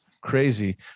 crazy